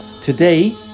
Today